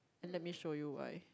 and let me show you why